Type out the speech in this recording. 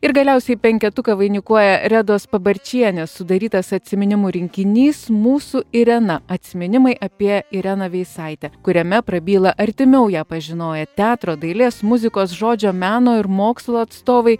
ir galiausiai penketuką vainikuoja redos pabarčienės sudarytas atsiminimų rinkinys mūsų irena atsiminimai apie ireną veisaitę kuriame prabyla artimiau ją pažinoję teatro dailės muzikos žodžio meno ir mokslo atstovai